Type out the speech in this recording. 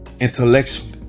intellectually